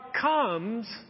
comes